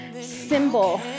symbol